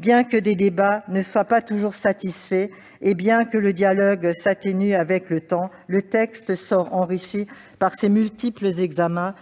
Bien que les débats ne soient pas toujours satisfaisants et que le dialogue s'atténue avec le temps, le texte sort enrichi par ces multiples examens.